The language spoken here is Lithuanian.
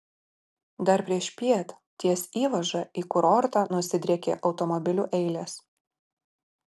dar priešpiet ties įvaža į kurortą nusidriekė automobilių eilės